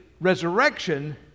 resurrection